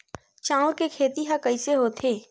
चांउर के खेती ह कइसे होथे?